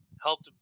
helped